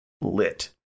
lit